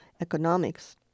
economics